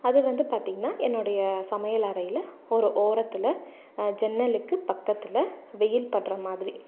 அது வந்து பார்த்தீங்கன்னா என்னுடைய சமையலறையில் ஒரு ஓரத்தில் ஜன்னலுக்கு பக்கத்தில் வெயில் படுற மாதிரி